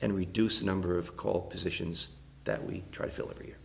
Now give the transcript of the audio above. and reduce the number of call positions that we try to fill every year